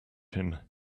him